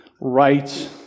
right